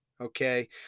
okay